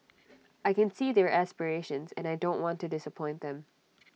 I can see their aspirations and I don't want to disappoint them